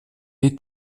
est